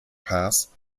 pass